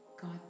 God